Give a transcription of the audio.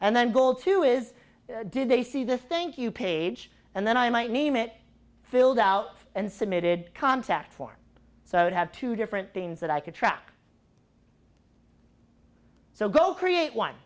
and then goal too is did they see the thank you page and then i might name it filled out and submitted contact form so i would have two different things that i could track so go create one